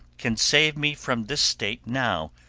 can save me from this state now,